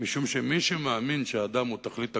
משום שמי שמאמין שהאדם הוא תכלית הכול,